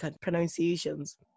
pronunciations